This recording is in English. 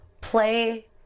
play